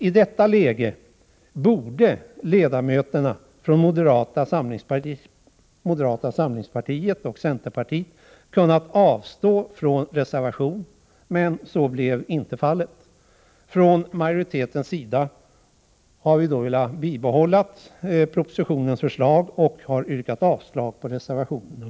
I detta läge borde ledamöterna från moderata samlingspartiet och centerpartiet ha kunnat avstå från reservation, men så blev inte fallet. Från majoritetens sida har vi velat bibehålla propositionens förslag och har yrkat avslag på motionen.